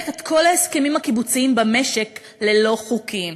את כל ההסכמים הקיבוציים במשק ללא חוקיים.